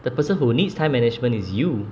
the person who needs time management is you